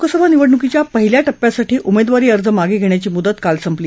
लोकसभा निवडणुकीच्या पहिल्या टप्प्यासाठी उमेदवारी अर्ज मागे घेण्याची मुदत काल संपली